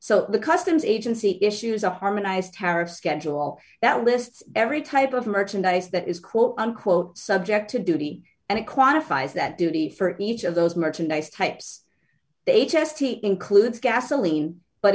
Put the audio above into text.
so the customs agency issues a harmonized tariff schedule that lists every type of merchandise that is quote unquote subject to duty and it quantifies that duty for each of those merchandise types they test it includes gasoline but